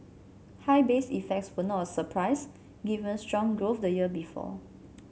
high base effects were not a surprise given strong growth the year before